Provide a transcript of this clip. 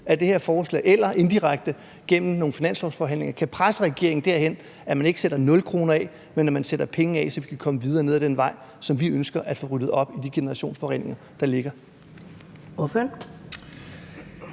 eller indirekte gennem nogle finanslovsforhandlinger kan presse regeringen til, at man ikke sætter 0 kr. af, men at man sætter penge af, så vi kan komme videre ned ad den vej, som vi ønsker, så vi kan få ryddet op i de generationsforureninger, der ligger.